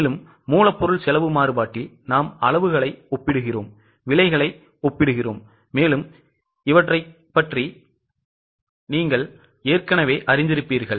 மேலும் மூலப்பொருள் செலவு மாறுபாட்டில் நாம் அளவுகளை ஒப்பிடுகிறோம் விலைகளை ஒப்பிடுகிறோம் என்பதை நீங்கள் அறிவீர்கள்